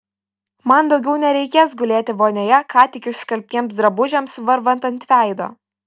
man daugiau nereikės gulėti vonioje ką tik išskalbtiems drabužiams varvant ant veido